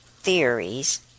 theories